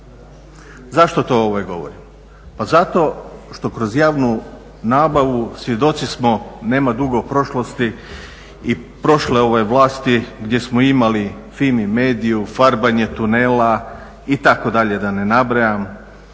Zašto to govorim? Pa zato što kroz javnu nabavu svjedoci smo, nema dugo prošlosti i prošle ove vlasti gdje smo imali FIMI mediu, farbanje tunela itd. da ne nabrajam.